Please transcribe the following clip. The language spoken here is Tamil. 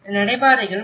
நடைபாதைகள் 1